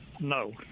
No